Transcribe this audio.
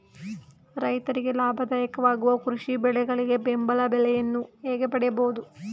ರೈತರಿಗೆ ಲಾಭದಾಯಕ ವಾಗುವ ಕೃಷಿ ಬೆಳೆಗಳಿಗೆ ಬೆಂಬಲ ಬೆಲೆಯನ್ನು ಹೇಗೆ ಪಡೆಯಬಹುದು?